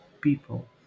people